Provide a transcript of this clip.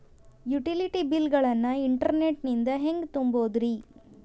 Utility bill ಗಳನ್ನ internet ನಿಂದ ಹೆಂಗ್ ತುಂಬೋದುರಿ?